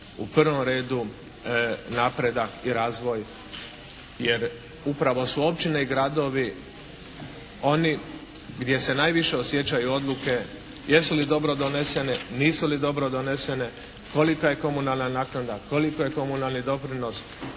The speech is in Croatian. u prvom redu napredak i razvoj jer upravo su općine i gradovi oni gdje se najviše osjećaju odluke jesu li dobro donesene, nisu li dobro donesene, kolika je komunalna naknada, koliko je komunalni doprinos,